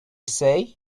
say